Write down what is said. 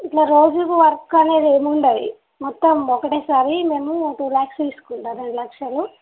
ఇట్లా రోజు వర్క్ అనేది ఏమి ఉండది మొత్తం ఒకటేసారి మేము టూ లాక్స్ తీసుకుంటాం రెండు లక్షలు